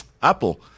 Apple